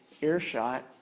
earshot